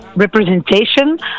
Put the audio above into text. representation